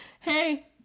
Hey